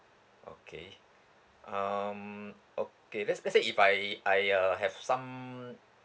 okay um okay let's let's say if I I uh I have some